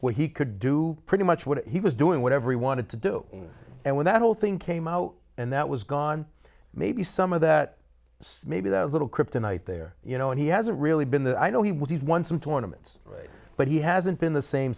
where he could do pretty much what he was doing whatever he wanted to do and when that whole thing came out and that was gone maybe some of that maybe that little kryptonite there you know and he hasn't really been that i know he would have won some tournament but he hasn't been the same